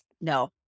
No